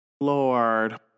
Lord